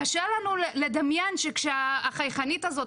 קשה לנו לדמיין שכשהחייכנית הזאת,